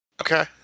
Okay